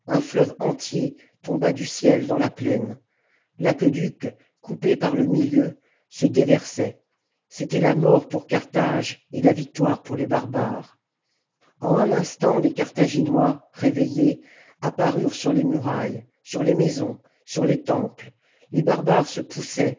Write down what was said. fleuve entier tomba du ciel dans la plaine l'aqueduc coupé par le milieu se déversait c'était la mort pour carthage et la victoire pour les barbares en un instant les carthaginois réveillés apparurent sur les murailles sur les maisons sur les temples les barbares se poussaient